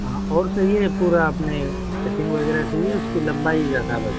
हाँ और सही है पूरा आपने फिटिंग वग़ैरह सही है उसकी लंबाई ज़्यादा है बस